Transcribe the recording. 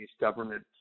government